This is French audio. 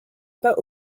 pas